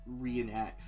reenacts